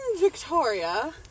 Victoria